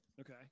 Okay